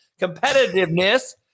competitiveness